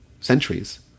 centuries